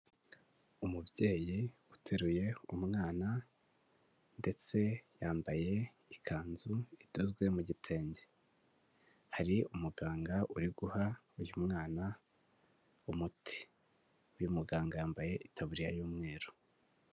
Umubyeyi uteruye umwana ndetse yambaye ikanzu idozwe mu gitenge, hari umuganga uri guha uyu mwana umuti, uyu muganga yambaye itabuririya y'umweru.